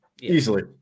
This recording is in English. Easily